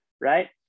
right